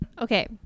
Okay